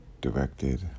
directed